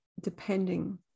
depending